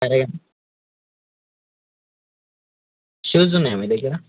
సరేండి షూస్ ఉన్నాయా మీ దగ్గర